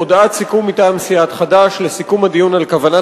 הודעת סיכום מטעם סיעת חד"ש לסיכום הדיון על כוונת